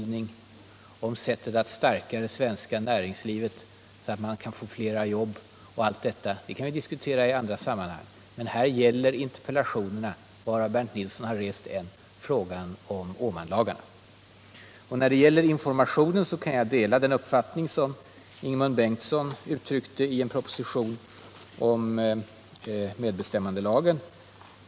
Det har vi diskuterat flera gånger tidigare i kammaren, och det kommer vi att göra också i fortsättningen. Allt detta kan vi diskutera i andra sammanhang. Men de nu aktuella interpellationerna, av vilka Bernt Nilsson framställt en, gäller Åmanlagarna. När det gäller informationen kan jag dela den uppfattning som Ingemund Bengtsson gav uttryck för i en proposition om medbestämmandelagen.